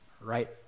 right